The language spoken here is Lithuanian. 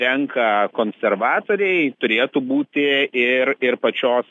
renka konservatoriai turėtų būti ir ir pačios